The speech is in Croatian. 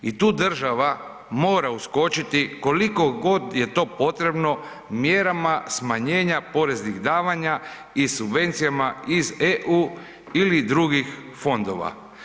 I tu država mora uskočiti koliko god je to potrebno mjerama smanjenja poreznih davanja i subvencijama iz EU ili drugih fondova.